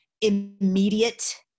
immediate